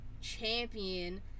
champion